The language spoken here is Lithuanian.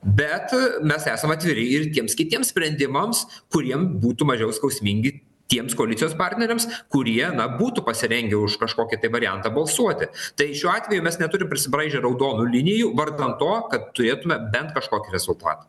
bet mes esam atviri ir tiems kitiems sprendimams kuriem būtų mažiau skausmingi tiems koalicijos partneriams kurie na būtų pasirengę už kažkokį tai variantą balsuoti tai šiuo atveju mes neturim prisibraižę raudonų linijų vardan to kad turėtume bent kažkokį rezultatą